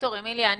אניס,